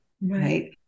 right